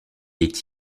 est